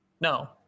No